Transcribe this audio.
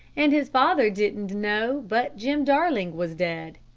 and his father didn't know but jim darling was dead.